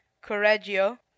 Correggio